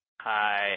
Hi